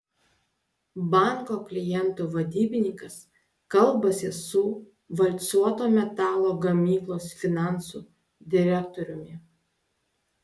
banko klientų vadybininkas kalbasi su valcuoto metalo gamyklos finansų direktoriumi